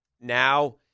now